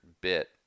bit